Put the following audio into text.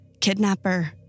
kidnapper